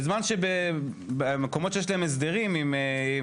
בזמן שבמקומות שיש להם הסדרים עם קופות,